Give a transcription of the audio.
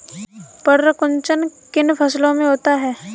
पर्ण कुंचन किन फसलों में होता है?